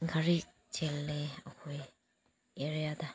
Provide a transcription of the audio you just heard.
ꯒꯥꯔꯤ ꯆꯦꯜꯂꯦ ꯑꯩꯈꯣꯏ ꯑꯦꯔꯤꯌꯥꯗ